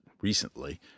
recently